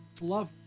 love